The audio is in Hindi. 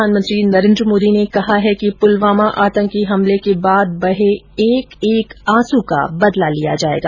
प्रधानमंत्री नरेन्द्र मोदी ने कहा है कि पुलवामा आतंकी हमले के बाद बहे एक एक आंसू का बदला लिया जाएगा